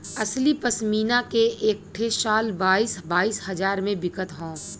असली पश्मीना के एक ठे शाल बाईस बाईस हजार मे बिकत हौ